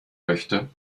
möchte